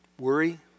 Worry